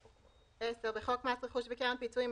"(10) בחוק מס רכוש וקרן פיצויים,